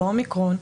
באומיקרון,